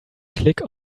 click